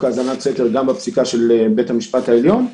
האזנת סתר וגם בפסיקה של בית המשפט העליון.